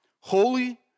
Holy